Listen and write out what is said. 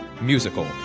musical